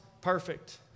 perfect